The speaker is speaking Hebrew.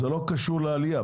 זה לא קשור לעלייה.